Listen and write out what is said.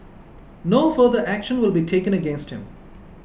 no further action will be taken against him